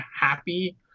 happy